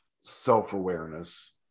self-awareness